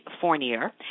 Fournier